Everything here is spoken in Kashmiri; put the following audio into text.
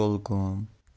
کۄلگوم